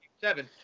seven